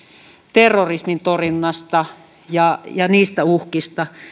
terrorismin torjunnasta ja ja niistä uhkista